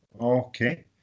Okay